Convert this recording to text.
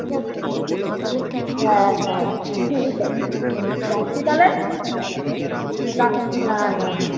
ঠিক আছে হ্যাঁ হ্যাঁ ঠিক আছে রাখছি তালে হুম রাক হ্যাঁ হ্যাঁ হ্যাঁ